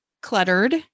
cluttered